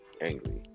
angry